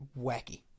wacky